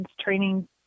training